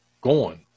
Gone